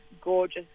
gorgeous